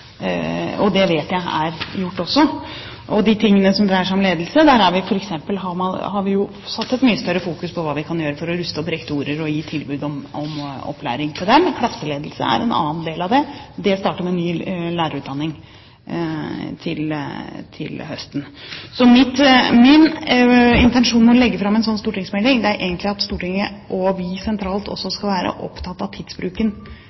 vet jeg er gjort også. Når det gjelder de tingene som dreier seg om ledelse, har vi jo f.eks. satt mye mer i fokus hva vi kan gjøre for å ruste opp rektorer og gi tilbud om opplæring til dem. Klasseledelse er en annen del av det. Det starter med ny lærerutdanning til høsten. Så min intensjon med å legge fram en sånn stortingsmelding er egentlig at Stortinget og vi sentralt også skal være opptatt av tidsbruken